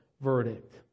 verdict